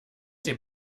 dem